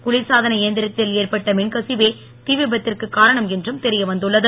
குளிர்சாதன இயந்திரத்தில் ஏற்பட்ட மின்கசிவே தி விபத்திற்குக் காரணம் என்றும் தெரியவந்துள்ளது